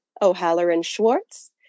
O'Halloran-Schwartz